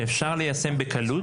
שאפשר ליישם בקלות,